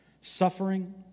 suffering